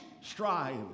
strive